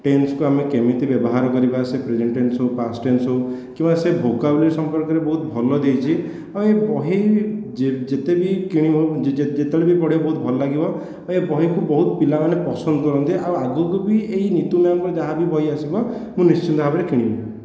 ଟେନ୍ସକୁ ଆମେ କେମିତି ବ୍ୟବହାର କରିବା ସେ ପ୍ରେଜେଣ୍ଟ୍ ଟେନ୍ସ ହେଉ ପାଷ୍ଟ୍ ଟେନ୍ସ ହେଉ କିମ୍ବା ସିଏ ଭୋକାବୁଲାରୀ ସମ୍ପର୍କରେ ବହୁତ ଭଲ ଦେଇଛି ଆଉ ଏ ବହି ଯେତେବେଳେ ବି କିଣିବ ଯେତେବେଳେ ବି ପଢ଼ିଵ ବହୁତ ଭଲ ଲାଗିବ ଏ ବହିକୁ ବହୁତ ପିଲାମାନେ ପସନ୍ଦ କରନ୍ତି ଆଉ ଆଗକୁ ବି ଏହି ନିତୁ ମ୍ୟାମ୍ଙ୍କର ଯାହାବି ବହି ଆସିବ ମୁଁ ନିଶ୍ଚିନ୍ତ ଭାବରେ କିଣିବି